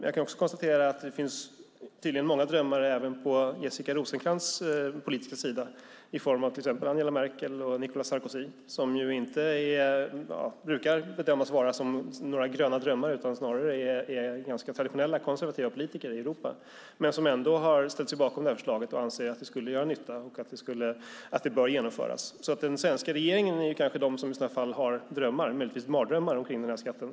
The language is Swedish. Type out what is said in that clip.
Jag kan också konstatera att det tydligen finns många drömmare även på Jessica Rosencrantz politiska sida i form av till exempel Angela Merkel och Nicolas Sarkozy, som inte brukar bedömas vara några gröna drömmare utan snarare är ganska traditionella, konservativa politiker i Europa. De har ändå ställt sig bakom det här förslaget och anser att det skulle göra nytta och att det bör genomföras. Den svenska regeringen är kanske den som i så fall har drömmar, möjligtvis mardrömmar, kring den skatten.